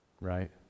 Right